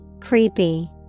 Creepy